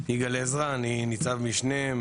איך הוא נאסף מהמשרדים,